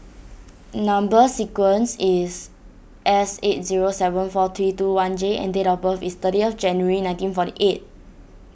Number Sequence is S eight zero seven four three two one J and date of birth is thirtieth January nineteen forty eight